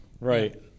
Right